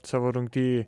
savo rungty